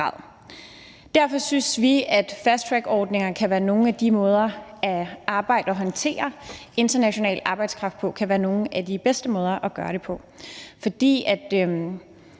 Derfor synes vi, at fasttrackordninger kan være en af de bedste måder at arbejde og håndtere international arbejdskraft på,